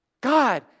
God